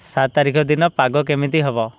ସାତ ତାରିଖ ଦିନ ପାଗ କେମିତି ହେବ